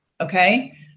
okay